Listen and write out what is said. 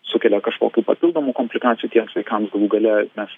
sukelia kažkokių papildomų komplikacijų tiems vaikams galų gale mes